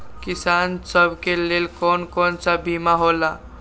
किसान सब के लेल कौन कौन सा बीमा होला?